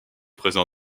présents